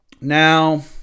Now